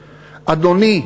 אדוני,